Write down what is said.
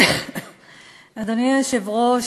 אדוני היושב-ראש,